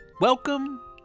Welcome